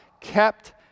kept